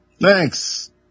Thanks